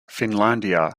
finlandia